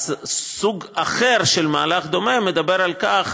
סוג אחר של מהלך דומה מדבר על כך